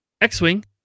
x-wing